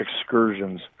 excursions